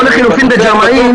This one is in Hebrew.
או לחילופין בג'מעין,